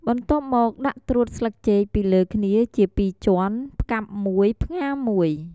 បន្ទាប់មកដាក់ត្រួតស្លឹកចេកពីលើគ្នាជាពីរជាន់ ផ្កាប់មួយ ផ្ងារមួយ។